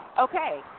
okay